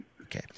Okay